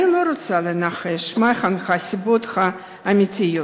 אני לא רוצה לנחש מהן הסיבות האמיתיות.